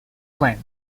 plant